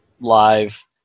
live